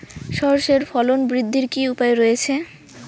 সর্ষের ফলন বৃদ্ধির কি উপায় রয়েছে?